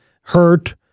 hurt